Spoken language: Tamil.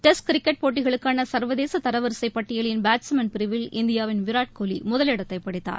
டெஸ்ட் கிரிக்கெட் போட்டிகளுக்காளசர்வதேசதரவரிசைப் பட்டியலின் பேட்ஸ்மேன் பிரிவில் இந்தியாவின் விராட் கோலிமுதலிடத்தைபிடித்தார்